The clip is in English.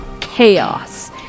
chaos